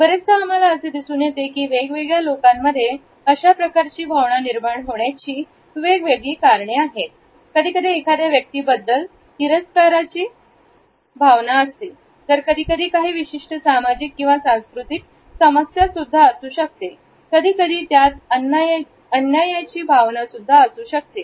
बरेचदा आम्हाला असे दिसुन येते की वेगवेगळ्या लोकांमध्ये अशा प्रकारची भावना निर्माण होण्याची वेगवेगळी कारणे आहेत कधीकधी एखाद्या व्यक्तीबद्दल च्या तिरस्काराची निगडीत असते तर कधीकधी काही विशिष्ट सामाजिक किंवा सांस्कृतिक समस्या असू शकते तर कधीकधी त्यात अन्यायाची भावना सुद्धा असू शकते